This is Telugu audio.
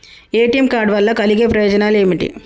ఏ.టి.ఎమ్ కార్డ్ వల్ల కలిగే ప్రయోజనాలు ఏమిటి?